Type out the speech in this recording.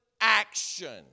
action